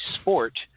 sport